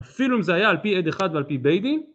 אפילו אם זה היה על פי עד אחד ועל פי בית דין